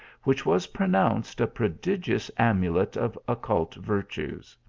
which was pronounced a prodigious amulet of occult virtues.